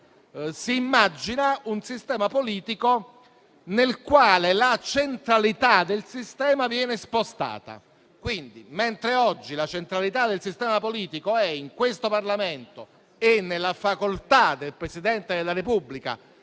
si immagina un sistema politico nel quale la centralità del sistema viene spostata. Mentre oggi la centralità del sistema politico risiede in questo Parlamento e nella facoltà del Presidente della Repubblica